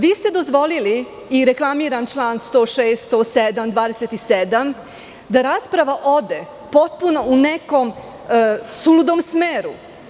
Vi ste dozvolili i reklamiram član 106. i 107. i 27. da rasprava ode potpuno u nekom suludom smeru.